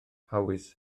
hawys